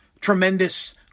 Tremendous